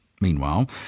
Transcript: meanwhile